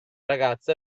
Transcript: ragazza